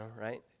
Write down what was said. right